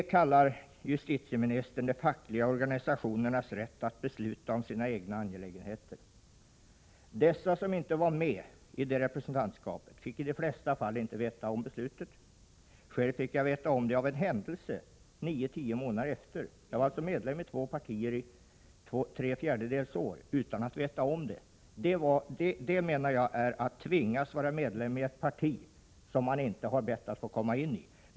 Justitieministern kallar det för de fackliga organisationernas rätt att besluta om sina egna angelägenheter. Men de flesta av dem som inte var med i representantskapet fick inte veta något om beslutet. Själv fick jag reda på det av en händelse nio tio månader senare. Jag var alltså medlem i två partier tre fjärdedels år utan att veta om det. Det menar jag är att tvingas vara medlem i ett parti som man inte bett att få tillhöra.